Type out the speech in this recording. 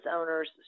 owners